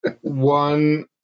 One